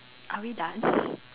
are we done